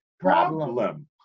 problem